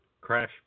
Crash